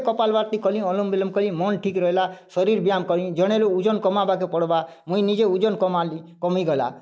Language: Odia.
କପାଲଭାତି କଲି ଅନୁଲୋମ୍ ବିଲୋମ୍ କଲି ମନ୍ ଠିକ୍ ରହିଲା ଶରୀର୍ ବ୍ୟାୟାମ୍ କଲି ଜଣେ ରୁ ଉଜନ୍ କମାବାକେ ପଡ଼୍ବା ମୁଇଁ ନିଜେ ଉଜନ କମାଲି କମିଗଲା